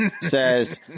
says